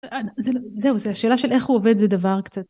זהו זה השאלה של איך עובד את הדבר קצת.